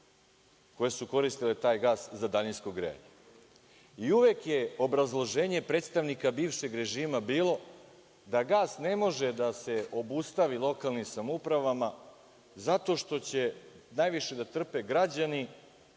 koje su koristile taj gas za daljinsko grejanje i uvek je obrazloženje predstavnika bivšeg režima bilo da gas ne može da se obustavi lokalnim samoupravama zato što će najviše da trpe građani